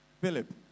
Philip